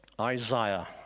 Isaiah